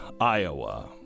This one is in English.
Iowa